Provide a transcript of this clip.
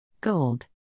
Gold